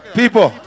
people